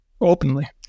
openly